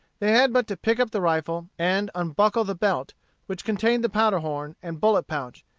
they had but to pick up the rifle, and unbuckle the belt which contained the powder-horn and bullet-pouch,